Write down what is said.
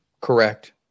Correct